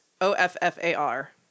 O-F-F-A-R